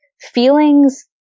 feelings